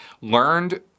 learned